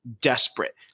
desperate